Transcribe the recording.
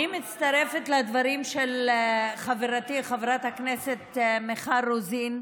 אני מצטרפת לדברים של חברתי חברת הכנסת מיכל רוזין.